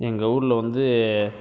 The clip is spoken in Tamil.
எங்கள் ஊரில் வந்து